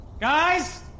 Guys